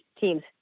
teams